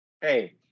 Hey